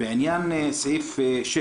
בעניין סעיף 6